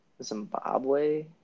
Zimbabwe